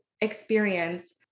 experience